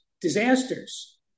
disasters